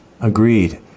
Agreed